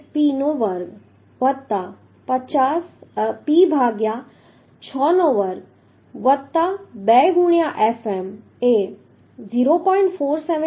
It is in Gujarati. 478P નો વર્ગ વત્તા P ભાગ્યા 6 નો વર્ગ વત્તા 2 ગુણ્યા Fm એ 0